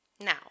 Now